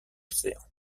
océan